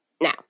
Now